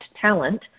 talent